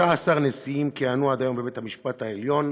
13 נשיאים כיהנו עד היום בבית-המשפט העליון,